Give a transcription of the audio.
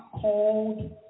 called